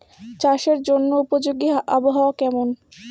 চাষের জন্য উপযোগী আবহাওয়া কেমন?